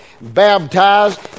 baptized